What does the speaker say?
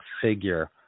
figure